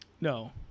No